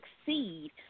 succeed